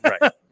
Right